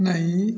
नहीं